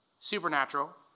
supernatural